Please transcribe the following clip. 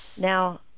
now